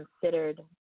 considered